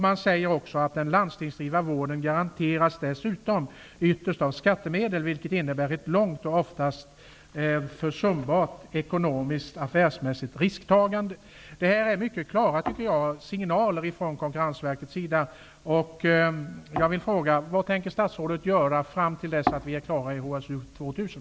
Man säger vidare att den landstingsdrivna vården dessutom ytterst garanteras av skattemedel, vilket innebär ett lågt och oftast försumbart ekonomiskt affärsmässigt risktagande. Det här är mycket klara signaler, tycker jag, från